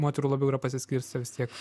moterų labiau yra pasiskirstę vis tiek